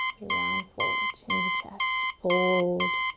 you round forward, chin to chest. hold,